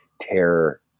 terror